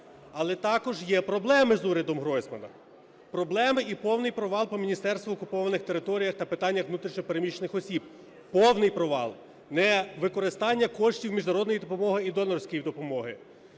Але також є проблеми з урядом Гройсмана: проблеми і повний провал по Міністерству окупованих територій та питаннях внутрішньо переміщених осіб – повний провал; невикористання коштів міжнародної допомоги і донорської допомоги,